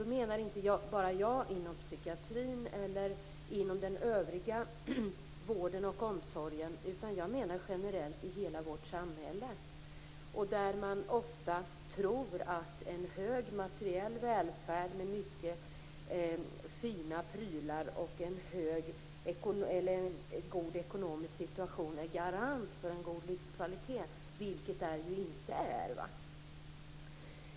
Då menar jag inte bara inom psykiatrin eller den övriga vården och omsorgen, utan jag menar generellt i hela vårt samhälle, där man ofta tror att en god materiell välfärd med mycket fina prylar och en god ekonomisk situation är en garant för en hög livskvalitet, vilket det ju inte är.